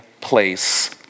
place